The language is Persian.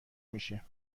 میشه